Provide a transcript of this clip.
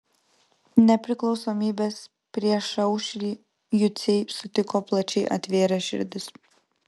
nepriklausomybės priešaušrį juciai sutiko plačiai atvėrę širdis